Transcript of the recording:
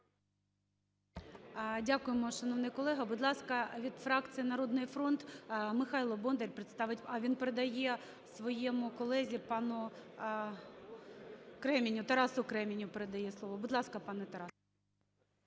Дякуємо, шановний колего. Будь ласка, від фракції "Народний фронт" Михайло Бондар представить… А, він передає своєму колезі пану Креміню, Тарасу Креміню передає слово. Будь ласка, пане Тарасе.